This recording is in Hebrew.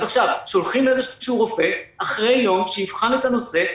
אז עכשיו שולחים איזשהו רופא אחרי יום שיבחן את הנושא,